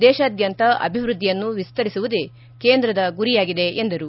ದೇಶಾದ್ಯಂತ ಅಭಿವ್ಬದ್ದಿಯನ್ನು ವಿಸ್ತರಿಸುವುದೇ ಕೇಂದ್ರದ ಗುರಿಯಾಗಿದೆ ಎಂದರು